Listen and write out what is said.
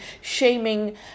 shaming